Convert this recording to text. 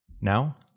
Now